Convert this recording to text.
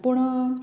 पूण